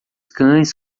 cães